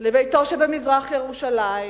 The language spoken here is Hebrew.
לביתו שבמזרח-ירושלים,